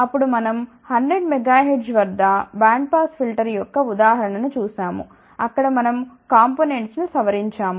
అప్పుడు మనం 100 MHz వద్ద బ్యాండ్ పాస్ ఫిల్టర్ యొక్క ఉదాహరణ ను చూశాము అక్కడ మనం కాంపొనెంట్స్ ను సవరించాము